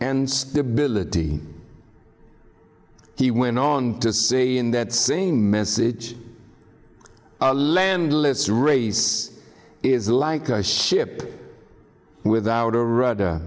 and stability he went on to say in that same message landless race is like a ship without a r